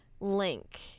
link